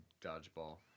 dodgeball